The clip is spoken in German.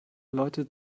leute